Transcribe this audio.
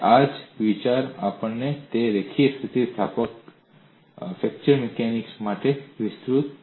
આ જ વિચાર આપણે તેને રેખીય સ્થિતિસ્થાપક ફ્રેક્ચર મિકેનિક્સ માટે પણ વિસ્તૃત કરીશું